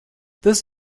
this